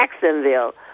Jacksonville